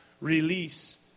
release